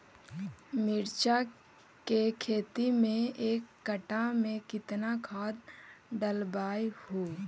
मिरचा के खेती मे एक कटा मे कितना खाद ढालबय हू?